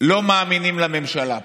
לא מאמינים לממשלה פה.